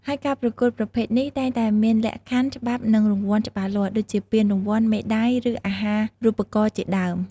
ហើយការប្រកួតប្រភេទនេះតែងតែមានលក្ខខណ្ឌ ច្បាប់ និងរង្វាន់ច្បាស់លាស់ ដូចជាពានរង្វាន់ មេដាយ ឬអាហារូបករណ៍ជាដើម។